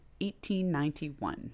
1891